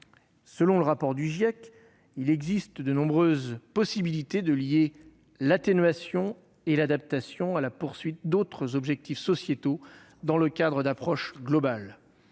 Selon le rapport du GIEC, il existe de nombreuses possibilités de lier cette atténuation et cette adaptation à l'atteinte d'autres objectifs sociétaux, grâce à des approches globales.